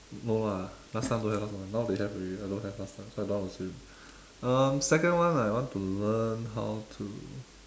no lah last time don't have last time now they have already I don't have last time so I don't know to swim um second one I want to learn how to